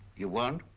you won't.